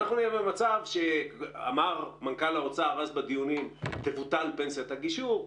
אנחנו נהיה במצב שאמר מנכ"ל האוצר אז בדיונים תבוטל פנסיית הגישור,